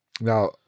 Now